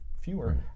fewer